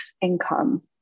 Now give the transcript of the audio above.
income